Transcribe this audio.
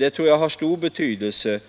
Jag tror att det har stor betydelse